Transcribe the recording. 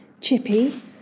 Chippy